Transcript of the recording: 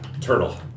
turtle